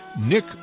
Nick